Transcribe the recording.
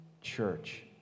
church